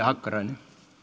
hakkarainen kiitoksia